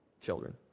children